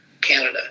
Canada